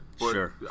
Sure